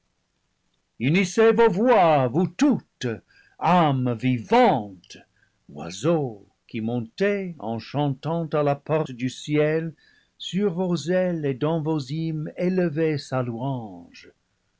voix vous toutes âmes vivantes oiseaux qui montez en chantant à la porte du ciel sur vos ailes et dans vos hymnes élevez sa louange